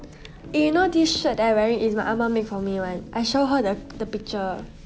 eh you know this shirt that I wearing is my 阿嫲 made for me [one] I show her the the picture